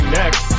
next